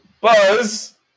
Buzz